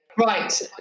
Right